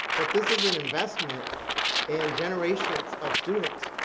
but this is an investment in generations of students.